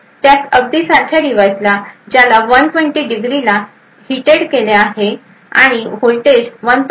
त्या अगदी सारख्या डिव्हाईसला ज्याला 120 ° ला हिट केले गेले होते आणि व्होल्टेज 1